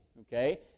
okay